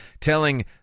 telling